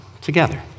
together